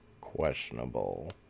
questionable